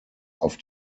auf